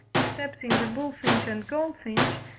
excepting the bullfinch and goldfinch,